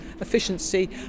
Efficiency